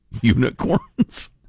Unicorns